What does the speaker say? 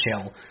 chill